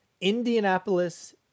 Indianapolis